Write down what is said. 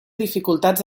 dificultats